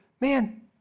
man